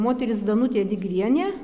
moteris danutė digrienė